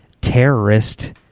terrorist